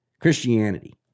christianity